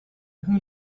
who